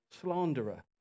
slanderer